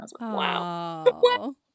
Wow